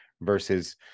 versus